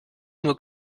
nur